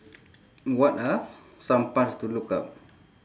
what are some parts to look up